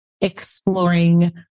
exploring